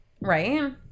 Right